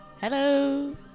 Hello